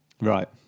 Right